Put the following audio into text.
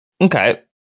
Okay